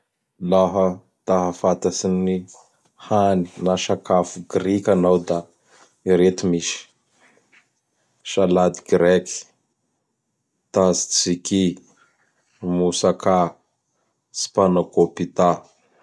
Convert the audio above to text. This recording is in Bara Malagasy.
Laha ta hafatatsy gn ny hany na sakafo Grika anao da ireto misy: Salady Grek, Taztriky, Mosakà, Spanakôpità.